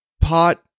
pot